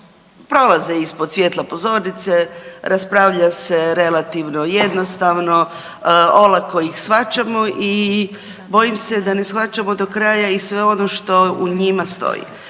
prolaze ispod svjetla pozornice, raspravlja se relativno jednostavno, olako ih shvaćamo i bojim se da ne shvaćamo do kraja i sve ono što u njima stoji.